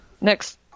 Next